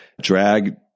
drag